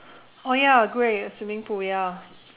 oh ya great a swimming pool ya